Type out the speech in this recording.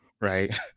Right